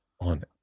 on